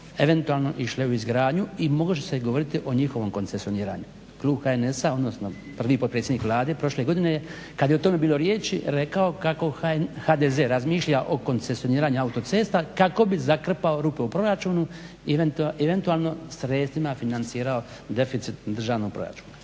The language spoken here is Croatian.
eventualno išle u izgradnju i može se govoriti o njihovom koncesioniranju. Klub HNS-a, odnosno prvi potpredsjednik Vlade prošle godine kad je o tome bilo riječi rekao kako HDZ razmišlja o koncesioniranju autocesta kako bi zakrpao rupe u proračunu i eventualno sredstvima financirao deficit državnog proračuna.